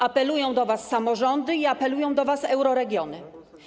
Apelują do was samorządy i apelują do was euroregiony.